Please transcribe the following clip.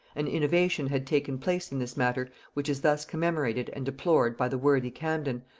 an innovation had taken place in this matter, which is thus commemorated and deplored by the worthy camden,